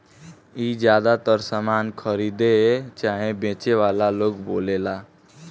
ई ज्यातर सामान खरीदे चाहे बेचे वाला लोग बोलेला